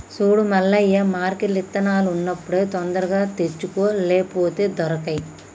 సూడు మల్లయ్య మార్కెట్ల ఇత్తనాలు ఉన్నప్పుడే తొందరగా తెచ్చుకో లేపోతే దొరకై